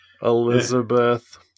Elizabeth